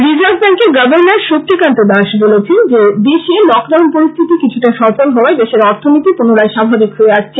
reserve ব্যাংকের governor Shakti Kanta Das বলেছেন যে দেশে লকডাউন পরিস্থিতি কিছুটা সচল হওয়ায় দেশের অর্থনীতি পুনরায় স্বাভাবিক হয়ে আসছে